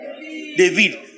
David